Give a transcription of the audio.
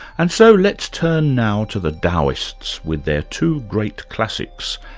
and so let's turn now to the daoists with their two great classics,